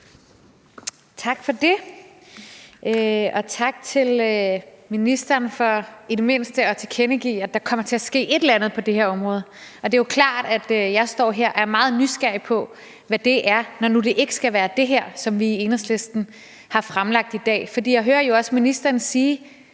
Tak for det, og tak til ministeren for i det mindste at tilkendegive, at der kommer til at ske et eller andet på det her område, og det er jo klart, at jeg står her og er meget nysgerrig på, hvad det er, når det nu ikke skal være det, som vi i Enhedslisten har fremlagt her i dag. For jeg hører jo også ministeren sige,